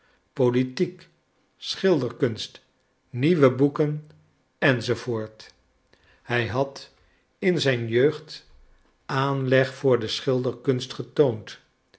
politiek schilderkunst nieuwe boeken enz hij had in zijn jeugd aanleg voor de schilderkunst getoond